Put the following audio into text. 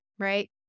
right